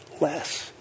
less